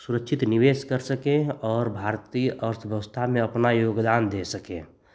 सुरक्षित निवेश कर सकें और भारतीय अर्थव्यवस्था में अपना योगदान दे सकें